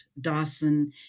Dawson